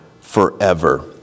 forever